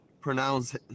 pronounce